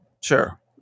Sure